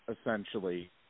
essentially